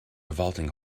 vaulting